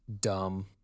dumb